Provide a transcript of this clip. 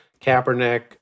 Kaepernick